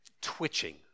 twitching